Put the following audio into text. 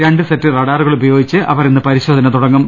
രണ്ട് സെറ്റ് റഡാറുകൾ ഉപയോഗിച്ച് അവർ ഇന്ന് പരിശോധന തുടങ്ങും